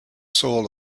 soul